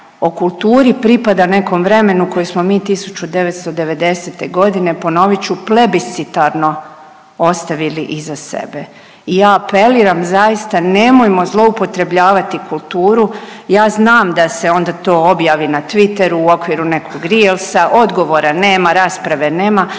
o kulturi pripada nekom vremenu koji smo mi 1990.g. ponovit ću, plebiscitarno ostavili iza sebe. I ja apeliram zaista nemojmo zloupotrebljavati kulturu, ja znam da se to onda objavi na Twitteru u okviru nekog reelsa, odgovora nema, rasprave nema,